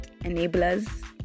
enablers